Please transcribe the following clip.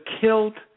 killed